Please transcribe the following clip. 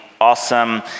Awesome